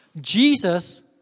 Jesus